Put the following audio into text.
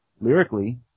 lyrically